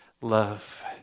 love